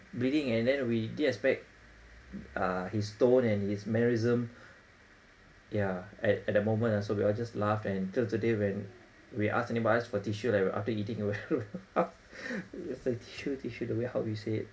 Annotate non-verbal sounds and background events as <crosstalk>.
bleeding and then we didn't expect uh his tone and his mannerism ya at at that moment so we all just laughed and till today when we ask anybody ask for tissue right after eating we <laughs> we say tissue tissue the way how we say it